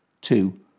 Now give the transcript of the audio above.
two